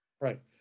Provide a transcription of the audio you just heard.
Right